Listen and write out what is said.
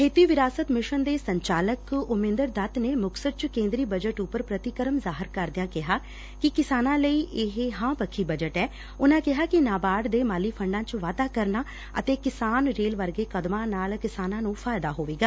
ਖੇਤੀ ਵਿਰਾਸਤ ਮਿਸ਼ਨ ਦੇ ਸੰਚਾਲਕ ਉਮਿੰਦਰ ਦੱਤ ਨੇ ਮੁਕਤਸਰ ਚ ਕੇਦਰੀ ਬਜਟ ਉਪਰ ਪ੍ਰਤੀਕਰਮ ਜਾਹਿਰ ਕਰਦਿਆਂ ਕਿਹਾ ਕਿ ਕਿਸਾਨਾਂ ਲਈ ਇਹ ਹਾਂ ਪੱਖੀ ਬਜਟ ਐ ਉਨ੍ਹਾਂ ਕਿਹਾ ਕਿ ਨਾਬਾਰਡ ਦੇ ਮਾਲੀ ਫੰਡਾਂ ਚ ਵਾਧਾ ਕਰਨਾ ਅਤੇ ਕਿਸਾਨ ਰੇਲ ਵਰਗੇ ਕਦਮਾਂ ਨਾਲ ਕਿਸਾਨਾਂ ਨੂੰ ਫਾਇਦਾ ਹੋਵੇਗਾ